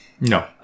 No